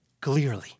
clearly